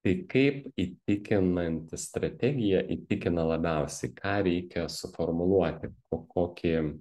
tai kaip įtikinanti strategija įtikina labiausiai ką reikia suformuluoti kokį